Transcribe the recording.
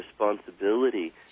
responsibility